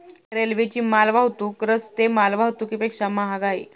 रेल्वेची माल वाहतूक रस्ते माल वाहतुकीपेक्षा महाग आहे